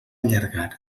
allargar